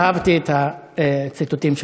אהבתי את הציטוטים שלך.